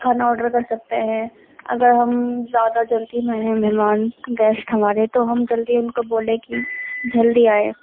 کھانا آرڈر کر سکتے ہیں اگر ہم زیادہ جلدی میں ہیں مہمان گیسٹ ہمارے تو ہم جلدی ان کو بولے کہ جلدی آئے